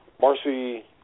Marcy